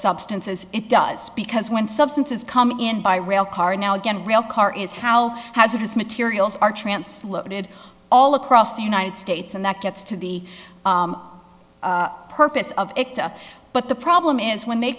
substances it does because when substances come in by rail car now again real car is how hazardous materials are translated all across the united states and that gets to be purpose of it but the problem is when they